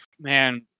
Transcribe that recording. man